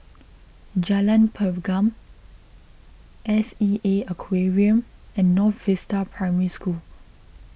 Jalan Pergam S E A Aquarium and North Vista Primary School